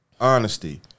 honesty